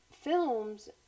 films